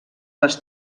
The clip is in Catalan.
les